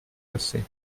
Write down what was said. assez